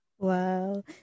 Wow